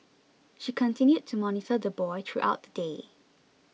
she continued to monitor the boy throughout the day